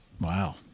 Wow